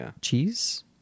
cheese